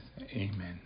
Amen